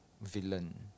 villain